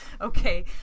Okay